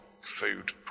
food